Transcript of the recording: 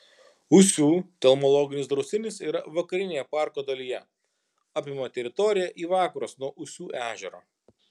ūsių telmologinis draustinis yra vakarinėje parko dalyje apima teritoriją į vakarus nuo ūsių ežero